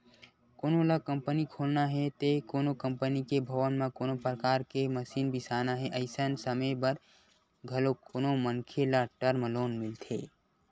कोनो ल कंपनी खोलना हे ते कोनो कंपनी के भवन म कोनो परकार के मसीन बिसाना हे अइसन समे बर घलो कोनो मनखे ल टर्म लोन मिलथे